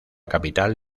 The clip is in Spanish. capital